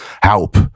help